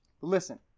Listen